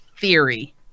theory